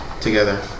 together